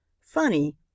Funny